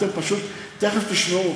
אתם פשוט תכף תשמעו,